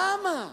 למה?